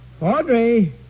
Audrey